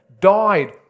died